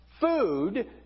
food